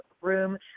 room